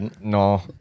No